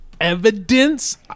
Evidence